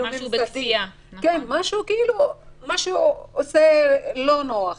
זה יוצר תחושה לא נוחה.